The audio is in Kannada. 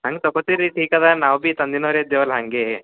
ಹಂಗೆ ತಕೋತೀರಿ ಟೀಕ್ ಅದ ನಾವು ಬಿ ತಂದಿನವ್ರ ಇದ್ದೆವಲ್ಲ ಹಾಗೆ